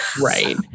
right